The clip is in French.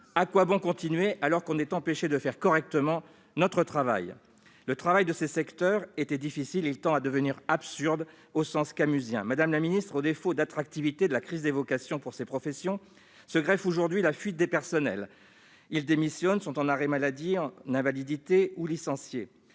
à quoi bon continuer, alors qu'on est empêché de faire correctement notre travail ?». Le travail dans ces secteurs était difficile, il tend à devenir absurde au sens camusien du terme. Madame la ministre, le manque d'attractivité et la crise des vocations dans ce secteur se double aujourd'hui d'une fuite des personnels. Ces derniers démissionnent, sont en arrêt maladie, en invalidité, ou sont licenciés.